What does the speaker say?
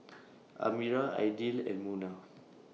Amirah Aidil and Munah